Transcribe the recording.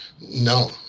No